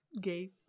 Gay